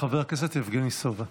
חבר הכנסת יבגני סובה.